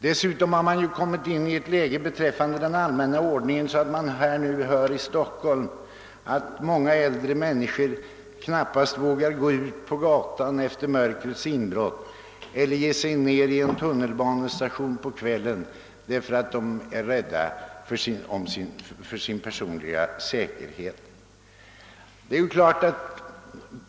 Dessutom har man kommit in i ett läge beträffande den allmänna ordningen som medfört att många äldre personer här i Stockholm knappast vågar gå ut på gatan efter mörkrets inbrott eller ge sig ned i en tunnelbanestation på kvällen därför att de fruktar för sin personliga säkerhet.